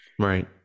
Right